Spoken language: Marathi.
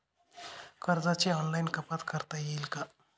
कर्जाची ऑनलाईन कपात करता येईल का?